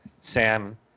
Sam